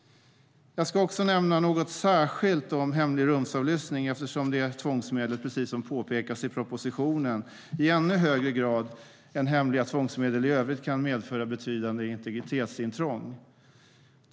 Jag ska också nämna något särskilt om hemlig rumsavlyssning eftersom detta tvångsmedel, precis som påpekas i propositionen, i ännu högre grad än hemliga tvångsmedel i övrigt kan medföra betydande integritetsintrång.